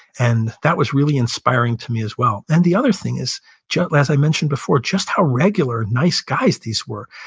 and that was really inspiring to me as well and the other thing is just, as i mentioned before, just how regular, nice guys these were.